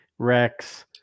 Rex